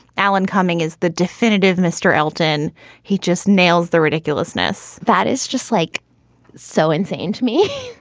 alan cumming is the definitive mr elton he just nails the ridiculousness that is just like so insane to me.